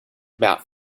about